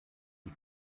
die